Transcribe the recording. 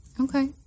Okay